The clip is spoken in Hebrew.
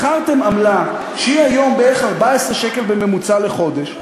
בחרתם עמלה שהיא היום בערך 14 שקל בממוצע לחודש.